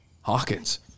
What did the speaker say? Hawkins